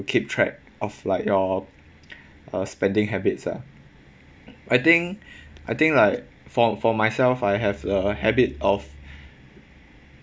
keep track of like your uh spending habits ah I think I think like for for myself I have a habit of